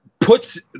puts